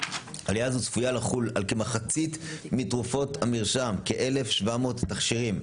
עלייה זו צפויה לחול על כמחצית מתרופות המרשם כ-1,700 תכשירים.